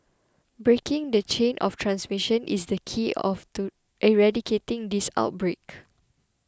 breaking the chain of transmission is the key of to eradicating this outbreak